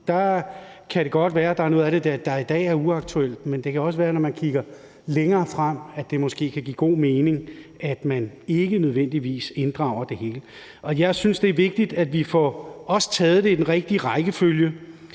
Der kan det godt være, at der er noget af det, der i dag er uaktuelt, men det kan også være, at det, når man kigger længere frem, måske kan give god mening, at man ikke nødvendigvis inddrager det hele. Jeg synes, det er vigtigt, at vi også får taget det i den rigtige rækkefølge: